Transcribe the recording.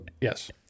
Yes